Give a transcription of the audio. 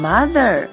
Mother